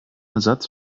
ersatz